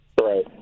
Right